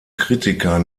kritiker